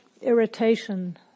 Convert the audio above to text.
irritation